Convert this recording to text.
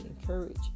encourage